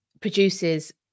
produces